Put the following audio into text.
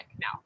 Now